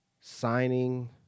signing